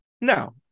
No